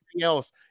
else